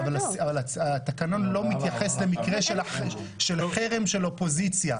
התקנון לא מתייחס למקרה של חרם של אופוזיציה,